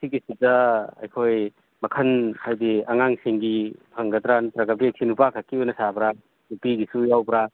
ꯁꯤꯒꯤꯁꯤꯗ ꯑꯩꯈꯣꯏ ꯃꯈꯜ ꯍꯥꯏꯗꯤ ꯑꯉꯥꯡꯁꯤꯡꯒꯤ ꯐꯪꯒꯗ꯭ꯔ ꯅꯠꯇ꯭ꯔꯒ ꯕꯦꯒꯁꯤ ꯅꯨꯄꯥ ꯈꯛꯀꯤ ꯑꯣꯏꯅ ꯁꯥꯕ꯭ꯔ ꯅꯨꯄꯤꯒꯤꯁꯨ ꯌꯥꯎꯕ꯭ꯔ